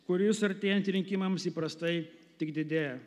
kuris artėjant rinkimams įprastai tik didėja